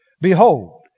behold